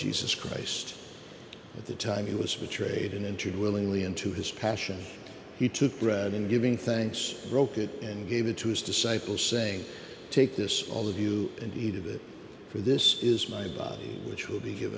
jesus christ at the time he was free trade and entered willingly into his passion he took bread and giving thanks broke it and gave it to his disciples saying take this all of you and eat of it for this is my body which will be give